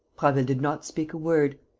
prasville did not speak a word.